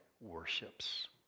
worships